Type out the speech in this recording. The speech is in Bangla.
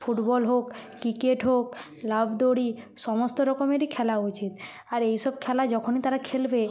ফুটবল হোক ক্রিকেট হোক লাফ দড়ি সমস্ত রকমেরই খেলা উচিত আর এইসব খেলা যখনই তারা খেলবে